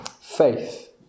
Faith